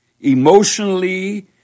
emotionally